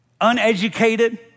uneducated